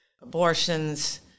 abortions